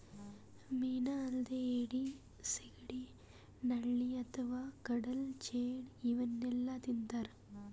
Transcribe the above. ಮೀನಾ ಅಲ್ದೆ ಏಡಿ, ಸಿಗಡಿ, ನಳ್ಳಿ ಅಥವಾ ಕಡಲ್ ಚೇಳ್ ಇವೆಲ್ಲಾನೂ ತಿಂತಾರ್